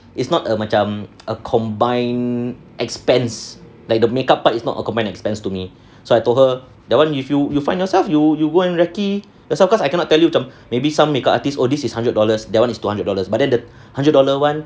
it's not a macam a combined expense like the makeup part is not a combined expense to me so I told her that [one] if you you find yourself you you going and recce yourself because I cannot tell you macam maybe some makeup artists oh this is hundred dollars that [one] is two hundred dollars but then the hundred dollar one